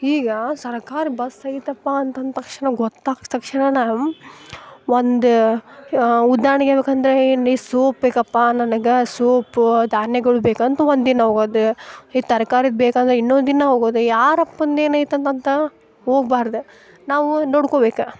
ಈಗ ಸರ್ಕಾರಿ ಬಸ್ ಐತಪ್ಪ ಅಂತಂತ ತಕ್ಷಣ ಗೊತ್ತಾದ ತಕ್ಷಣ ನಮ್ಮ ಒಂದು ಉದಾಹರ್ಣೆಗ್ ಹೇಳ ಬೇಕಂದರೆ ಏನು ಸೂಪ್ ಬೇಕಪ್ಪ ನನಗೆ ಸೂಪು ಧಾನ್ಯಗಳು ಬೇಕಂದು ಒಂದು ದಿನ ಹೋಗೋದು ಈ ತರಕಾರಿ ಬೇಕು ಅಂದ್ರೆ ಇನ್ನೊಂದು ದಿನ ಹೋಗೋದ ಯಾರಪ್ಪಂದು ಏನೈತಂತ ಹೋಗ್ಬಾರ್ದು ನಾವು ನೋಡ್ಕೊಬೇಕು